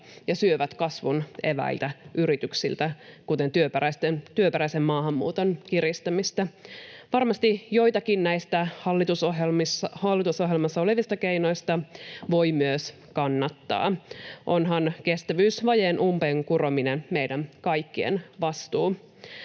ja syövät kasvun eväitä yrityksiltä, kuten työperäisen maahanmuuton kiristämistä. Varmasti joitakin näistä hallitusohjelmassa olevista keinoista voi myös kannattaa — onhan kestävyysvajeen umpeen kurominen meidän kaikkien vastuu.